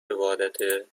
عبادته